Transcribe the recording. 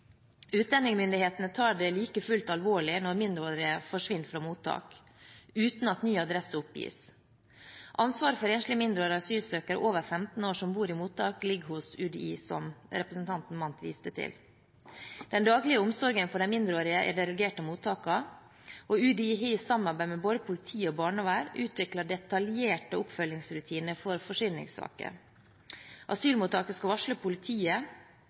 tar det like fullt alvorlig når mindreårige forsvinner fra mottak uten at ny adresse oppgis. Ansvaret for enslige mindreårige asylsøkere over 15 år som bor i mottak, ligger hos UDI, som representanten Mandt viste til. Den daglige omsorgen for de mindreårige er delegert til mottakene, og UDI har i samarbeid med både politi og barnevern utviklet detaljerte oppfølgingsrutiner i forsvinningssaker. Asylmottaket skal varsle politiet,